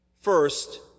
First